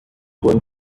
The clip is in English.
going